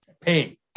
pay